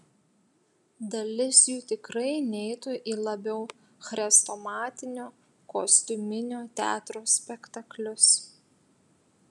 dalis jų tikrai neitų į labiau chrestomatinio kostiuminio teatro spektaklius